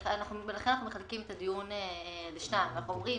לכן אנחנו מחלקים את הדיון לשניים: אנחנו אומרים